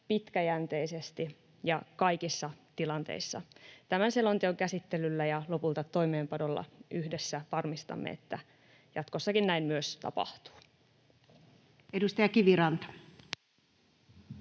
pitkäjänteisesti ja kaikissa tilanteissa. Tämän selonteon käsittelyllä ja lopulta toimeenpanolla yhdessä varmistamme, että jatkossakin näin myös tapahtuu. [Speech 230]